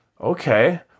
Okay